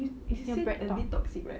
you you said already toxic right